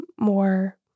more